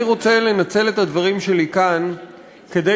אני רוצה לנצל את הדברים שלי כאן כדי